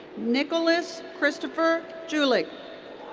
nicholas christopher julich.